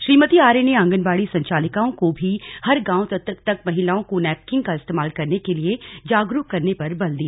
श्रीमती आर्य ने आंगनबाड़ी संचालिकाओं को भी हर गांव तक महिलाओं को नैपकिन का इस्तेमाल करने के लिए जागरूक करने पर बल दिया